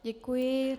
Děkuji.